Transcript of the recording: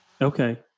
Okay